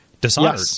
dishonored